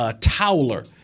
Towler